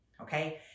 okay